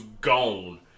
gone